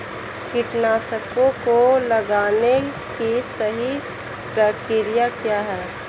कीटनाशकों को लगाने की सही प्रक्रिया क्या है?